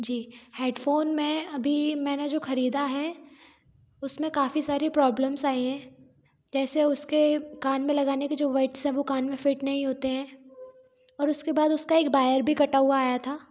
जी headphone में अभी मैंने जो ख़रीदा है उसमें काफ़ी सारी प्रॉब्लम्स आई है जैसे उसके कान में लगाने की जो बड्स है वह कान में फिट नहीं होते हैं और उसके बाद उसका एक वायर भी कटा हुआ आया था